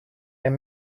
and